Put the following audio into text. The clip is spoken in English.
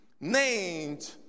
named